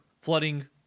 Flooding